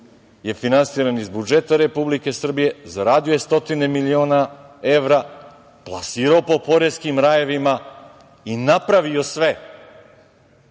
je finansiran iz budžeta Republike Srbije. Zaradio je stotine miliona evra, plasirao po poreskim rajevima i napravio sve